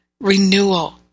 renewal